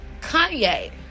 Kanye